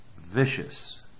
vicious